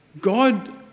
God